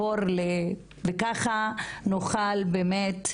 וככה נוכל באמת,